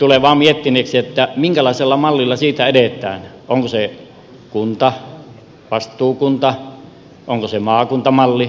tulee vain miettineeksi minkälaisella mallilla siitä edetään onko se kunta vastuukunta onko se maakuntamalli